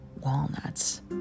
walnuts